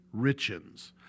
Richens